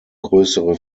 größere